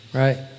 right